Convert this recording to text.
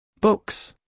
Books